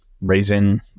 raising